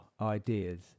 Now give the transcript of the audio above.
ideas